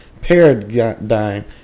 paradigm